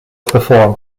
perform